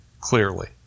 clearly